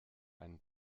einen